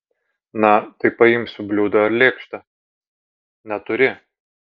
na tai paimsiu bliūdą ar lėkštę neturi